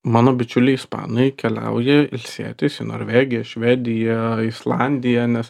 mano bičiuliai ispanai keliauja ilsėtis į norvegiją švediją islandiją nes